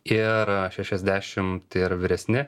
ir šešiasdešimt ir vyresni